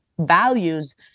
values